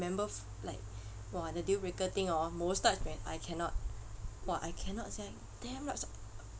remember f~ like !wah! the dealbreaker thing hor moustache man I cannot !wah! I cannot sia damn lapsap